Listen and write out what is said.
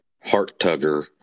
heart-tugger